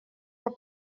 pel